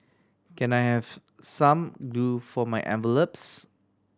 can I have some glue for my envelopes